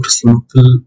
simple